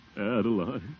Adeline